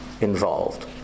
Involved